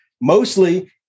mostly